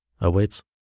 awaits